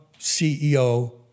CEO